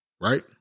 Right